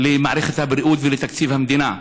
למערכת הבריאות ולתקציב המדינה,